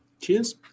Cheers